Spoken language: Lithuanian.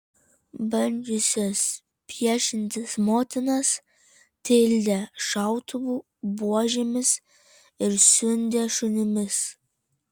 bandžiusias priešintis motinas tildė šautuvų buožėmis ir siundė šunimis